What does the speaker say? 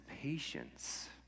patience